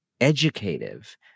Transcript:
educative